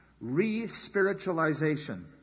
re-spiritualization